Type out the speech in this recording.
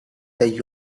the